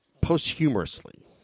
posthumously